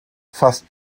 fast